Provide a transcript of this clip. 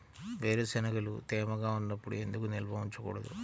వేరుశనగలు తేమగా ఉన్నప్పుడు ఎందుకు నిల్వ ఉంచకూడదు?